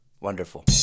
Wonderful